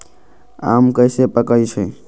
आम कईसे पकईछी?